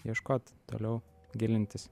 ieškot toliau gilintis